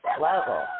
level